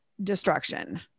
destruction